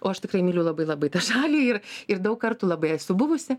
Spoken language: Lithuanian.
o aš tikrai myliu labai labai tą šalį ir ir daug kartų labai esu buvusi